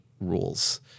rules